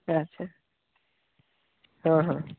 ᱟᱪᱪᱷᱟ